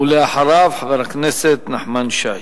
ואחריו, חבר הכנסת נחמן שי.